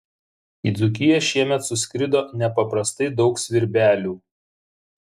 į dzūkiją šiemet suskrido nepaprastai daug svirbelių